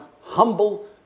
humble